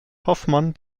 hoffmann